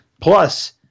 Plus